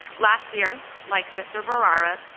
last year, like mr. bharara,